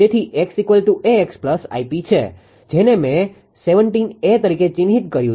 તેથી 𝑋̇ 𝐴𝑋 Γ𝑝 છે જેને મે 17 તરીકે ચિહ્નિત કર્યું છે